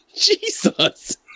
Jesus